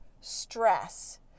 stress